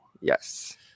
Yes